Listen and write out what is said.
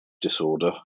disorder